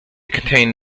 contain